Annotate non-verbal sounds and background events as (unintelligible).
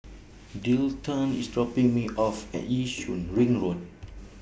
(unintelligible) IS dropping Me off At Yishun Ring Road